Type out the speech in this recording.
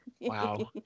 Wow